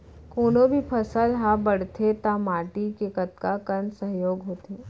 कोनो भी फसल हा बड़थे ता माटी के कतका कन सहयोग होथे?